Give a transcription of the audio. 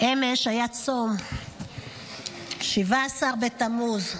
אמש היה צום שבעה עשר בתמוז.